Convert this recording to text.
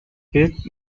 pet